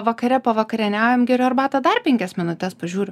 vakare pavakarieniaujam geriu arbatą dar penkias minutes pažiūriu